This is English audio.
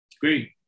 great